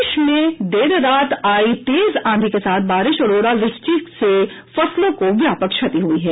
प्रदेश में देर रात आयी तेज आंधी के साथ बारिश और ओलावृष्टि से फसलों को व्यापक क्षति हुई है